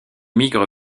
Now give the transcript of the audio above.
migre